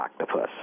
octopus